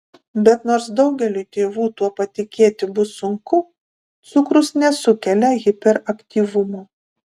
bet nors daugeliui tėvų tuo patikėti bus sunku cukrus nesukelia hiperaktyvumo